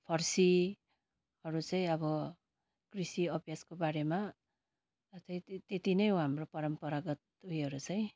फर्सीहरू चाहिँ अब कृषि अभ्यासको बारेमा अझै त्यति नै हो हाम्रो परम्परागत उयोहरू चाहिँ